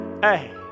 hey